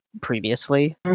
previously